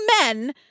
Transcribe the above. men